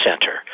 center